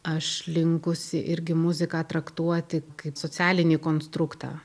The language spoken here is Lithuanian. aš linkusi irgi muziką traktuoti kaip socialinį konstruktą